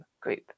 group